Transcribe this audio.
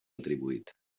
atribuït